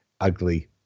ugly